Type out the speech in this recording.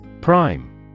Prime